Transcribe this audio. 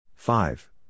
Five